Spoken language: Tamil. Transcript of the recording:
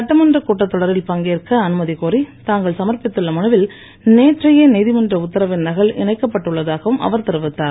சட்டமன்ற கூட்டத்தொடரில் பங்கேற்க அனுமதி கோரி தாங்கள் சமர்ப்பித்துள்ள மனுவில் நேற்றைய நீதிமன்ற உத்தரவின் நகல் இணைக்கப்பட்டு உள்ளதாகவும் அவர் தெரிவித்தார்